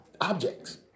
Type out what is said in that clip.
objects